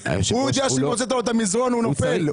הוא יודע שאם הוצאת לו את המזרן, הוא נופל.